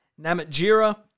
Namatjira